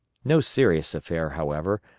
no serious affair, however,